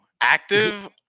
Active